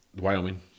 Wyoming